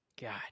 God